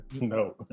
no